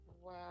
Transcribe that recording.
Wow